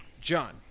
John